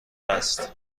است